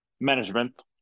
management